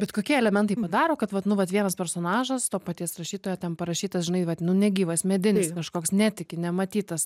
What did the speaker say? bet kokie elementai padaro kad vat nu vat vienas personažas to paties rašytojo ten parašyta žinai vat nu negyvas medinis kažkoks netiki nematytas